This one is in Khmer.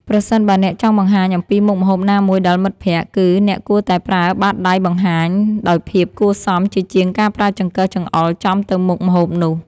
ប្រសិនបើអ្នកចង់បង្ហាញអំពីមុខម្ហូបណាមួយដល់មិត្តភក្តិ គឺ អ្នកគួរតែប្រើបាតដៃបង្ហាញដោយភាពគួរសមជាជាងការប្រើចង្កឹះចង្អុលចំទៅមុខម្ហូបនោះ។